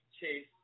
Chase